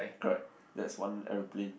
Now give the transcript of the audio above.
correct that's one aeroplane